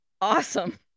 Awesome